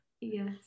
Yes